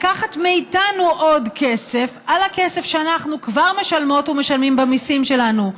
לקחת מאיתנו עוד כסף על הכסף שאנחנו כבר משלמות ומשלמים במיסים שלנו,